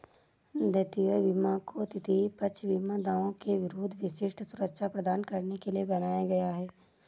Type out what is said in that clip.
दायित्व बीमा को तृतीय पक्ष बीमा दावों के विरुद्ध विशिष्ट सुरक्षा प्रदान करने के लिए बनाया गया है